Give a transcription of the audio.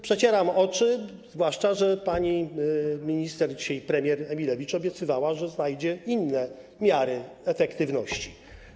Przecieram oczy, zwłaszcza że pani minister, dzisiaj premier Emilewicz obiecywała, że znajdzie inne miary efektywności.